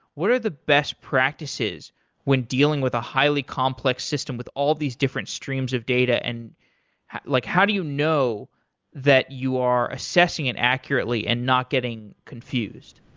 what are the best practices when dealing with a highly complex system with all these different streams of data? and like how do you know that you are assessing it accurately and not getting confused?